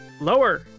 Lower